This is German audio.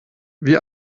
wie